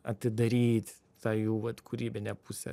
atidaryt tą jų vat kūrybinę pusę